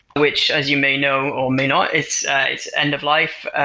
which as you may know, or may not, it's it's end-of-life,